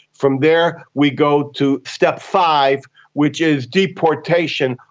from there we go to step five which is deportation.